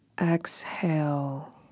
Exhale